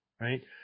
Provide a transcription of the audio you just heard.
right